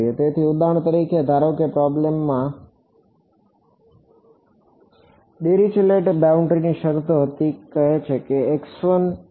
તેથી ઉદાહરણ તરીકે ધારો કે પ્રોબ્લેમમાં ડિરિચલેટ બાઉન્ડ્રીની શરતો હતી જે કહે છે કે અને